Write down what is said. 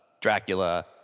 Dracula